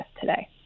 today